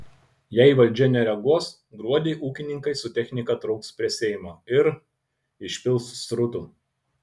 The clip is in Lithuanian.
jei valdžia nereaguos gruodį ūkininkai su technika trauks prie seimo ir išpils srutų